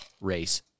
race